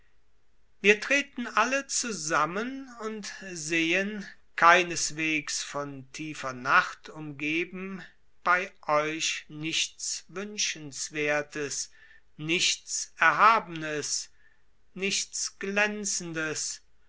wir treten alle zusammen und sehen keineswegs von tiefer nacht umgeben bei euch nichts wünschenswerthes wofür ihr es haltet nichts erhabenes nichts glänzendes